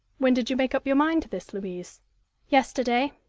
when did you make up your mind to this, louise yesterday,